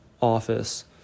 office